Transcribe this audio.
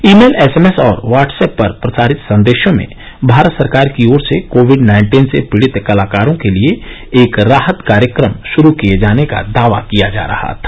ई mail SMS और WhatsApp पर प्रसारित संदेशों में भारत सरकार की ओर से कोविड नाइन्टीन से पीडित कलाकारों के लिए एक राहत कार्यक्रम शुरू किये जाने का दावा किया जा रहा था